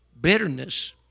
bitterness